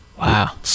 Wow